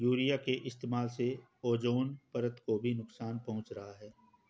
urea के इस्तेमाल से ओजोन परत को भी नुकसान पहुंच रहा है